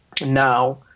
now